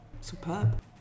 Superb